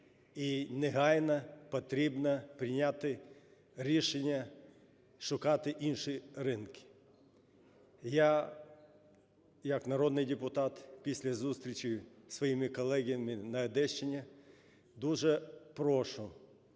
і негайно потрібно прийняти рішення, шукати інші ринки. Я як народний депутат після зустрічі з своїми колегами на Одещині дуже прошу